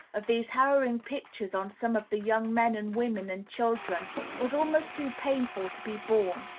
of these harrowing pictures, on some of the young men and women and children was almost too painful to be borne.